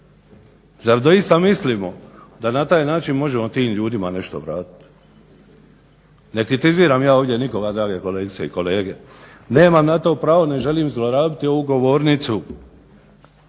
Zar doista mislimo da na taj način možemo tih ljudima nešto vratiti? Ne kritiziram ja ovdje nikoga drage kolegice i kolege. Nemam na to pravo, ne želim zlorabiti ovu govornicu